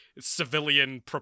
civilian